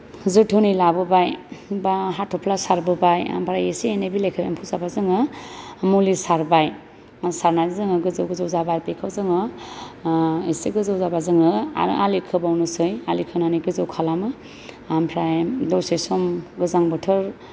जोथोनै लाबोबाय बा हाथफ्ला सारबोबाय ओमफ्राय एसे एनै बिलाइखो एम्फौ जाबा जोङो मुलि सारबाय सारना जोङो गोजौ गोजौ जाबा बेखौ जोङो इसे गोजौ जाबा जोङो आरो आलि खोबावनोसै आलि खोनानै गोजौ खालामो ओमफ्राय दसे सम गोजां बोथोर